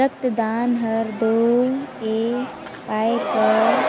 रकतदान हर दो ए पाए कर